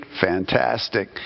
fantastic